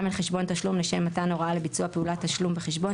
אל חשבון תשלום לשם מתן הוראה לביצוע פעולת תשלום בחשבון,